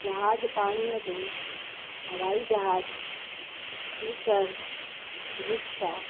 जहाज पाणीअ जो हवाई जहाज स्कूटर रिक्शा